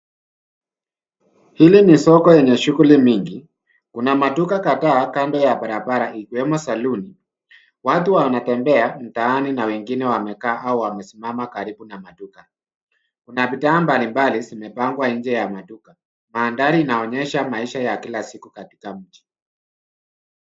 Hili ni soko yenye shughuli mingi. Kuna maduka kadhaa kando ya barabara ikiwemo saloon . Watu wanatembea mtaani na wengine wamekaa au wamesimama karibu na maduka. Kuna bidhaa mbalimbali zimepangwa nje ya maduka. Mandhari inaonyesha maisha ya kila siku katika mji.